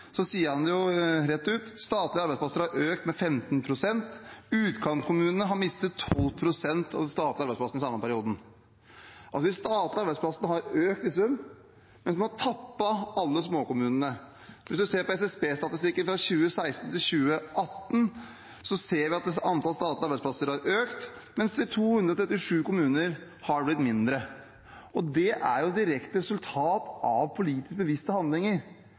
arbeidsplasser har økt med 15 pst. Utkantkommunene har mistet 12 pst. av de statlige arbeidsplassene i den samme perioden. Altså: De statlige arbeidsplassene har økt i sum, mens man har tappet alle småkommunene. Hvis vi ser på SSB-statistikken fra 2016 til 2018, ser vi at antallet statlige arbeidsplasser har økt, mens i 237 kommuner har det blitt mindre. Det er et direkte resultat av politisk bevisste handlinger.